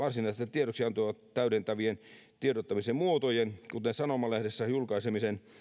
tiedoksiantoa täydentävien tiedottamisen muotojen kuten sanomalehdessä julkaisemisen